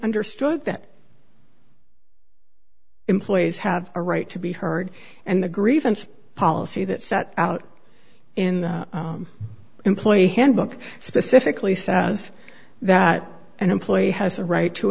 understood that employees have a right to be heard and the grievance policy that set out in the employee handbook specifically says that an employee has a right to